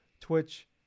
Twitch